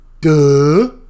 Duh